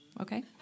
Okay